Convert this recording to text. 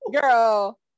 girl